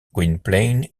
gwynplaine